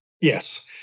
Yes